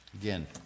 Again